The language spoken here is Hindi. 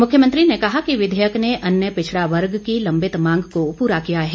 मुख्यमंत्री ने कहा कि विघेयक ने अन्य पिछड़ा वर्ग की लंबित मांग को पूरा किया है